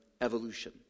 evolution